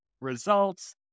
results